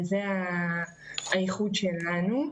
זה הייחוד שלנו.